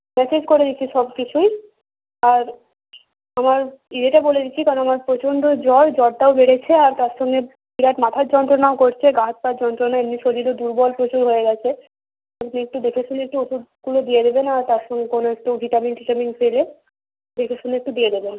message করে দিচ্ছি সব কিছুই আর আমার ইয়েটা বলে দিচ্ছি কারণ আমার প্রচণ্ড জ্বর জ্বরটাও বেড়েছে আর তার সঙ্গে বিরাট মাথার যন্ত্রণাও করছে গা হাত পায় যন্ত্রণা এমনি শরীরও দুর্বল প্রচুর হয়ে গিয়েছে যদি একটু দেখে শুনে একটু ওষুধগুলো দিয়ে দেবেন আর তার সঙ্গে কোনো একটু ভিটামিন ঠিটামিন পেলে দেখে শুনে একটু দিয়ে দেবেন